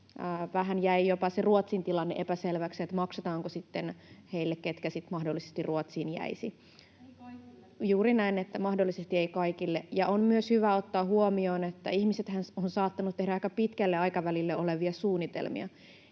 Vähän jäi jopa Ruotsin tilanne epäselväksi, maksetaanko sitten heille, ketkä mahdollisesti Ruotsiin jäisivät. [Krista Kiuru: Ei kaikille!] — Juuri näin, että mahdollisesti ei kaikille. — Ja on myös hyvä ottaa huomioon, että ihmisethän ovat saattaneet tehdä aika pitkälle aikavälille olevia suunnitelmia.